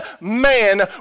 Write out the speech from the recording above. man